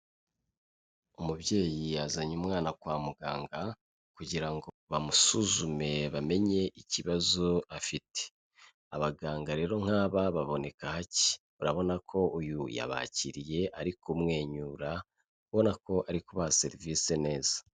Umubyeyi yazanye umwana kwa muganga kugira ngo bamusuzume bamenye ikibazo afite, abaganga rero nk'aba baboneka hake, urabona ko uyu yabakiriye ari kumwenyura, ubona ko ari kubaha serivisi neza.